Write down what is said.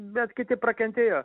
bet kiti prakentėjo